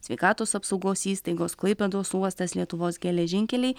sveikatos apsaugos įstaigos klaipėdos uostas lietuvos geležinkeliai